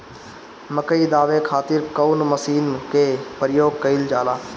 मकई दावे खातीर कउन मसीन के प्रयोग कईल जाला?